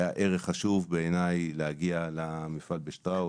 היה ערך חשוב בעיני להגיע למפעל בשטראוס.